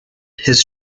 his